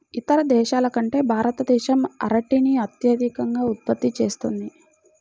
ఇతర దేశాల కంటే భారతదేశం అరటిని అత్యధికంగా ఉత్పత్తి చేస్తుంది